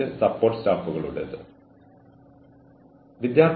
നിങ്ങൾ അത് മനസ്സിലാക്കുകയോ മനസ്സിലാക്കാതിരിക്കുകയോ ചെയ്യാം